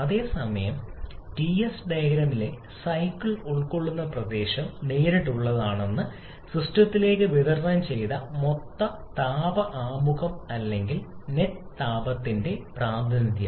അതേസമയം Ts ഡയഗ്രമിലെ cycle ഉൾക്കൊള്ളുന്ന പ്രദേശം നേരിട്ടുള്ളതാണ് സിസ്റ്റത്തിലേക്ക് വിതരണം ചെയ്ത മൊത്തം താപ ആമുഖം അല്ലെങ്കിൽ നെറ്റ് താപത്തിന്റെ പ്രാതിനിധ്യം